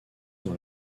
dans